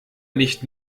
nicht